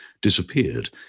disappeared